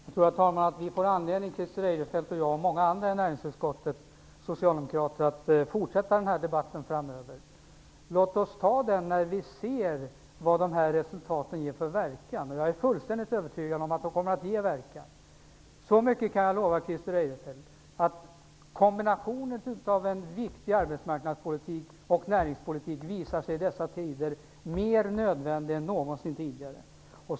Herr talman! Jag tror att Christer Eirefelt och jag och många andra socialdemokrater i näringsutskottet får anledning att fortsätta denna debatt framöver. Låt oss ta den debatten när vi ser vilken verkan dessa förslag ger. Jag är fullständigt övertygad om att de kommer att ge verkan. Kombinationen av en viktig arbetsmarknadspolitik och näringspolitik visar sig i dessa tider vara mer nödvändig än någonsin tidigare.